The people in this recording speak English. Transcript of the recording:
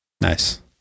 Nice